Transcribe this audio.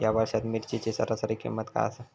या वर्षात मिरचीची सरासरी किंमत काय आसा?